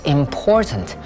important